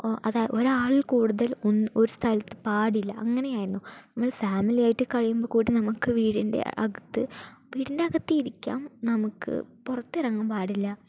അത് ഒരാളിൽ കൂടുതൽ ഒരു സ്ഥലത്ത് പാടില്ല അങ്ങനെയായിരുന്നു നമ്മൾ ഫാമിലിയായിട്ട് കഴിയുമ്പോൾക്കൂടെ നമുക്ക് വീടിൻ്റെ അകത്ത് വീടിൻ്റകത്ത് ഇരിക്കാം നമുക്ക് പുറത്തിറങ്ങാൻ പാടില്ല